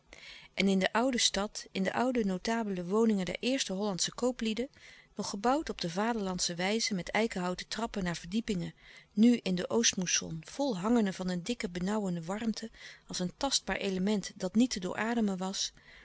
en in de oude stad in de oude notabele woningen der eerste hollandsche kooplieden nog gebouwd op de vaderlandsche wijze met eikenhouten trappen naar verdiepingen nu in de oostmoesson vol hangende van een dikke benauwende warmte als een tastbaar element dat niet te doorademen was